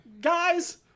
Guys